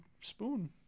spoon